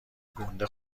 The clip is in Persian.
گنده